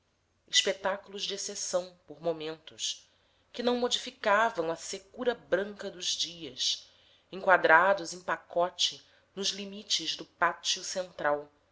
espetáculos de exceção por momentos que não modificavam a secura branca dos dias enquadrados em pacote nos limites do pátio central